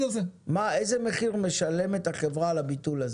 איזה מחיר משלמת החברה על הביטוח הזה?